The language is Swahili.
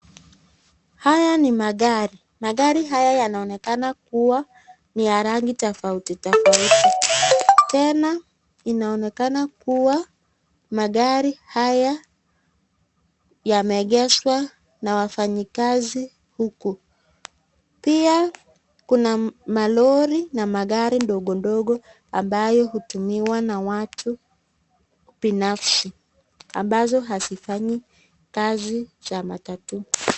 Haya ni magari. Magari haya yanaonekana kuwa ni ya rangi tofauti tofauti. Tena inaonekana kuwa magari haya yameegeshwa na wafanyikazi huku. Pia kuna malori na magari ndogondogo ambayo hutumiwa na watu binafsi ambazo hazifanyi kazi za matatu.